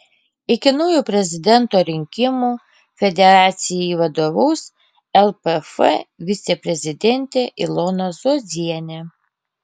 iki naujo prezidento rinkimų federacijai vadovaus lpf viceprezidentė ilona zuozienė